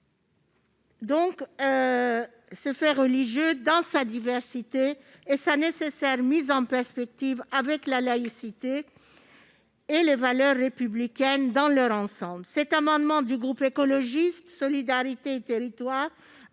de la religion -et de sa nécessaire mise en perspective avec la laïcité et les valeurs républicaines dans leur ensemble. Cet amendement du groupe Écologiste - Solidarité et Territoires